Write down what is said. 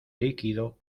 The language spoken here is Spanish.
líquido